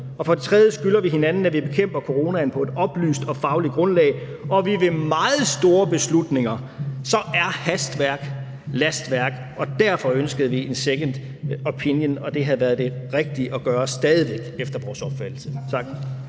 i. For det tredje skylder vi hinanden, at vi bekæmper coronaen på et oplyst og fagligt grundlag. Ved meget store beslutninger er hastværk lastværk, og derfor ønskede vi en second opinion, og det havde stadig væk været det rigtige at gøre efter vores opfattelse. Tak.